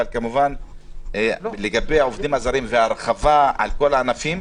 אבל כמובן לגבי העובדים הזרים וההרחבה על כל הענפים,